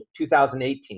2018